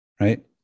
right